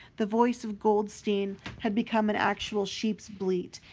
the voice of goldstein had become an actual sheep's bleat,